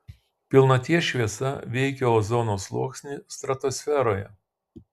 pilnaties šviesa veikia ozono sluoksnį stratosferoje